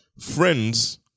Friends